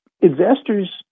investors